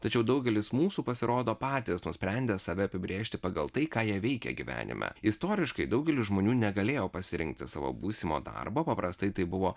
tačiau daugelis mūsų pasirodo patys nusprendė save apibrėžti pagal tai ką jie veikia gyvenime istoriškai daugelis žmonių negalėjo pasirinkti savo būsimo darbo paprastai tai buvo